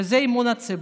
וזה אמון הציבור,